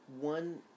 one